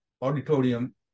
auditorium